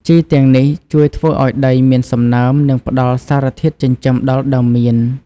ជីទាំងនេះជួយធ្វើឱ្យដីមានសំណើម និងផ្តល់សារធាតុចិញ្ចឹមដល់ដើមមៀន។